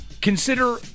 consider